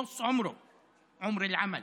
(אומר בערבית: